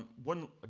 one, ah